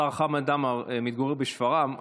השר חמד עמאר מתגורר בשפרעם.